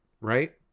Right